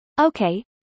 Okay